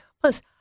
Plus